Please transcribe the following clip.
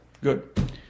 Good